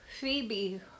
Phoebe